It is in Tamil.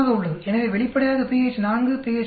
எனவே வெளிப்படையாக pH 4 pH 3